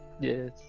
Yes